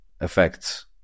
effects